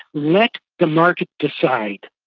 let the market decide,